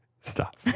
Stop